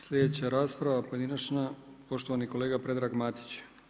Slijedeća rasprava pojedinačna, poštovani kolega Predrag Matić.